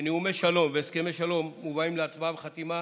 שיש נאומי שלום והסכם השלום מובא להצבעה וחתימה,